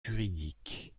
juridiques